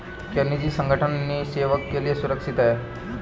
क्या निजी संगठन निवेश के लिए सुरक्षित हैं?